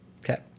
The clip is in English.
Okay